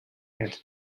and